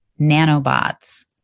nanobots